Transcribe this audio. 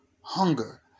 hunger